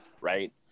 right